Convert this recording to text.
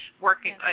working